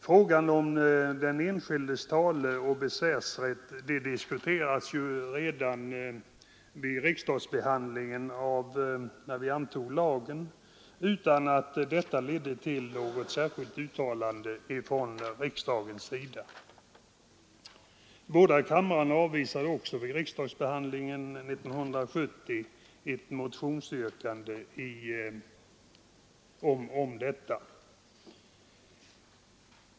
Frågan om den enskildes taleoch besvärsrätt diskuterades ju redan vid riksdagsbehandlingen, när lagen antogs, utan att detta ledde till något särskilt uttalande från riksdagens sida. Båda kamrarna avvisade också vid riksdagsbehandlingen 1970 ett motionsyrkande härvidlag.